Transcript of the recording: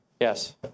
yes